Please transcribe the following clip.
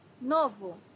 Novo